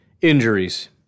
injuries